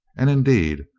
and, indeed,